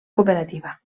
cooperativa